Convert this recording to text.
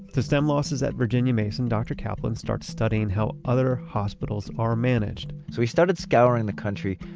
to stem losses at virginia mason, dr. kaplan starts studying how other hospitals are managed so he started scouring the country,